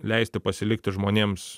leisti pasilikti žmonėms